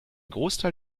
großteil